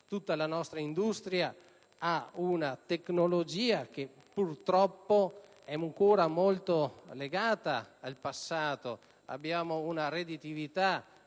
Tutta la nostra industria ha una tecnologia che, purtroppo, è ancora molto legata al passato: abbiamo una redditività